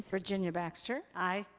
virginia baxter aye.